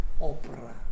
opera